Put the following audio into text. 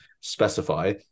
specify